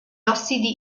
ossidi